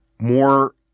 More